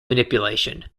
manipulation